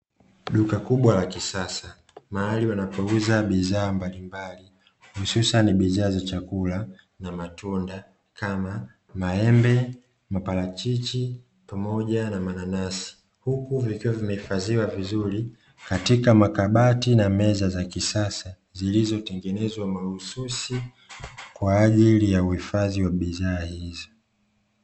Duka kubwa la kisasa mahali wanapouza bidhaa mbalimbali hususani bidhaa za chakula na matunda kama: maembe, maparachichi pamoja na mananasi; huku vikiwa vimehifadhiwa vizuri katika makabati na meza za kisasa zilizotengenezwa mahususi kwa ajili ya uhifadhi wa bidhaa hizo.